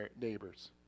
neighbors